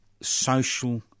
social